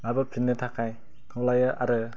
लाबोफिननो थाखाय खावलायो आरो